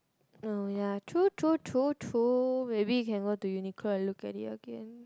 oh ya true true true true maybe you can go to Uniqlo and look at it again